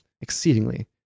exceedingly